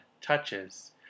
Touches